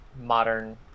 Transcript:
modern